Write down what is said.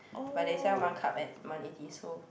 but they sell one cup at one eighty so